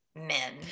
men